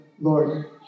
Lord